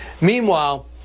Meanwhile